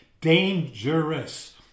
Dangerous